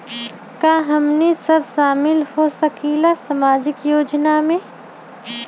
का हमनी साब शामिल होसकीला सामाजिक योजना मे?